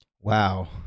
Wow